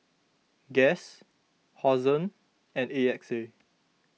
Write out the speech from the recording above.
Guess Hosen and A X A